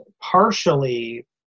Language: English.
partially